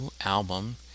album